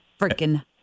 freaking